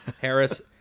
Harris